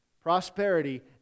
Prosperity